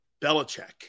Belichick